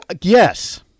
yes